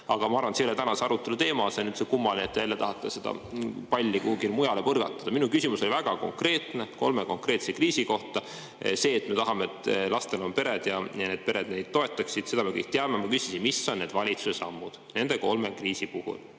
Aga ma arvan, et see ei ole tänase arutelu teema. See on kummaline, et te jälle tahate palli kuhugi mujale põrgatada. Mu küsimus oli väga konkreetne, kolme konkreetse kriisi kohta. Me tahame, et kõigil lastel oleks pere ja et pere neid toetaks, seda me kõik tahame. Ma küsisin, mis on need valitsuse sammud nende kolme kriisi puhul.